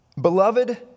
Beloved